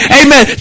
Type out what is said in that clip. amen